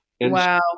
Wow